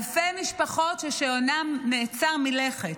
אלפי משפחות, שעונן נעצר מלכת,